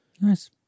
Nice